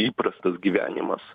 įprastas gyvenimas